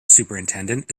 superintendent